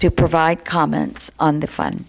to provide comments on the fun